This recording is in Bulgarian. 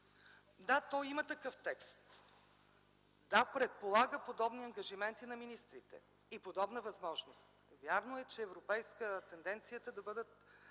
Да, има такъв текст. Да, предполага подобни ангажименти на министрите и подобна възможност. Вярно е, че европейска е тенденцията да бъдат